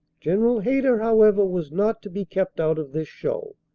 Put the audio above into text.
general hayter, however, was not to be kept out of this show,